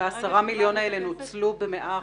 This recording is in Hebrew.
וה-10 מיליון האלה נוצלו ב-100 אחוזים?